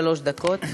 שלוש דקות.